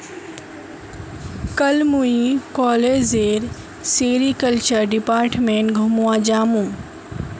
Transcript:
कल मुई कॉलेजेर सेरीकल्चर डिपार्टमेंट घूमवा जामु